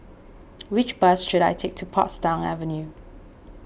which bus should I take to Portsdown Avenue